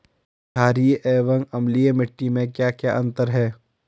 छारीय एवं अम्लीय मिट्टी में क्या क्या अंतर हैं?